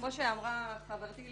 כמו שאמרה חברתי ליאת,